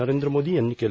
नरेंद्र मोदी यांनी केलं